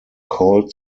called